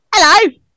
Hello